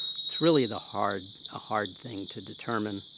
it's really the hard a hard thing to determine.